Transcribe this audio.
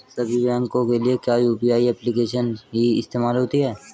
सभी बैंकों के लिए क्या यू.पी.आई एप्लिकेशन ही इस्तेमाल होती है?